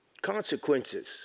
consequences